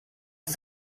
ist